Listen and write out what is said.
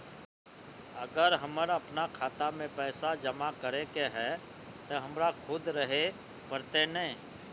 अगर हमर अपना खाता में पैसा जमा करे के है ते हमरा खुद रहे पड़ते ने?